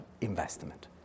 investment